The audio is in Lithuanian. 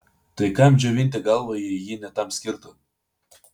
tai kam džiovinti galvą jei ji ne tam skirta